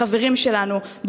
בחברים שלנו,